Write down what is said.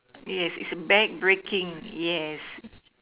yes is a back breaking yes